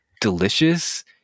delicious